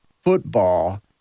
football